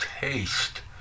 taste